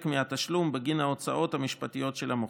מהתשלום בגין ההוצאות המשפטיות של המוכר.